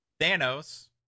Thanos